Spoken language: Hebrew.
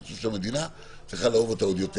חושב שהמדינה צריכה לאהוב אותה עוד יותר.